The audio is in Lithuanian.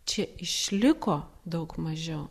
čia išliko daug mažiau